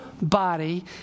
body